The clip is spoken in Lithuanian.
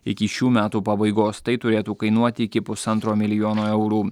iki šių metų pabaigos tai turėtų kainuoti iki pusantro milijono eurų